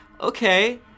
Okay